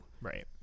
Right